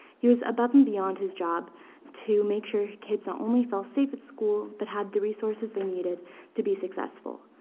he was above and beyond his job to make sure kids not only felt safe at school, but had the resources they needed to be successful.